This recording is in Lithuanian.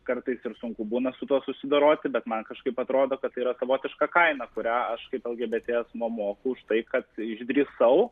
kartais ir sunku būna su tuo susidoroti bet man kažkaip atrodo kad tai yra savotiška kaina kurią aš kaip lgbt asmuo moku už tai kad išdrįsau